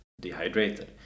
dehydrated